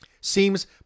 seems